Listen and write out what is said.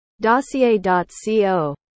Dossier.co